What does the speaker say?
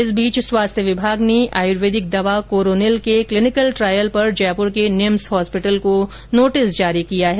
इस बीच स्वास्थ्य विभाग ने आयुर्वेदिक दवा कोरोनिल के क्लिनिकल ट्रायल पर जयपुर के निम्स हॉस्पिटल को नोटिस जारी किया है